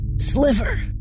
sliver